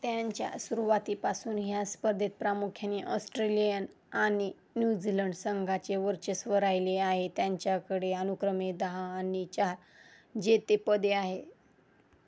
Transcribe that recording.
त्यांच्या सुरुवातीपासून ह्या स्पर्धेत प्रामुख्याने ऑस्ट्रेलियन आणि न्यूझीलंड संघाचे वर्चस्व राहिले आहे त्यांच्याकडे अनुक्रमे दहा आणि चार जेतेपदे आहेत